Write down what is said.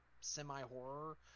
semi-horror